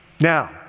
Now